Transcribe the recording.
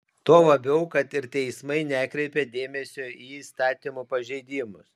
tuo labiau kad ir teismai nekreipia dėmesio į įstatymų pažeidimus